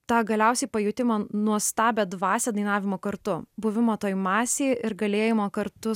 tą galiausiai pajutimą nuostabią dvasią dainavimo kartu buvimo toj masėj ir galėjimo kartu